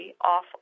off